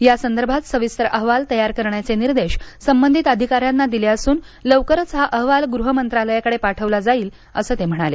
या संदर्भात सविस्तर अहवाल तयार करण्याचे निर्देश संबंधित अधिकाऱ्यांना दिले असून लवकरच हा अहवाल गृह मंत्रालयाकडे पाठवला जाईल असं ते म्हणाले